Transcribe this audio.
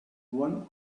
one